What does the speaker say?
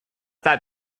that